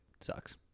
sucks